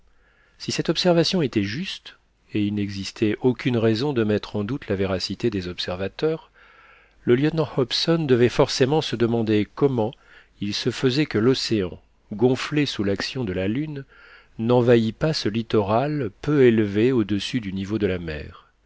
si cette observation était juste et il n'existait aucune raison de mettre en doute la véracité des observateurs le lieutenant hobson devait forcément se demander comment il se faisait que l'océan gonflé sous l'action de la lune n'envahît pas ce littoral peu élevé audessus du niveau de la mer